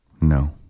No